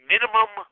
Minimum